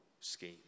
scheme